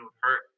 hurt